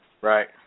Right